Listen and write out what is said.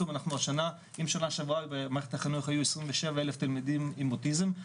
אם בשנה שעברה במערכת החינוך היו 27,000 תלמידים עם אוטיזם,